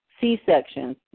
C-sections